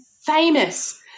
famous